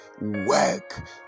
work